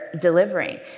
delivering